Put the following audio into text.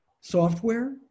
software